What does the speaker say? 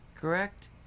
Correct